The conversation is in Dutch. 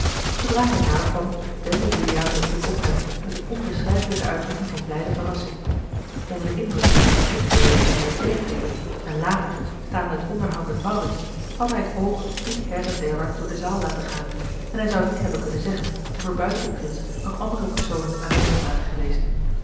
zoodra hij nader kwam wendde juliaan den blik op hem met eene onbeschrijfelijke uitdrukking van blijde verrassing onder den indruk zijner gemoedsbeweging bij het binnentreden en later staande het onderhoud met maurits had hij het oog niet her en derwaarts door de zaal laten gaan en hij zou niet hebben kunnen zeggen of er buiten den prins nog andere personen aanwezig waren geweest